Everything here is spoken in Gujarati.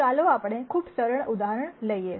તો ચાલો આપણે ખૂબ સરળ ઉદાહરણ લઈએ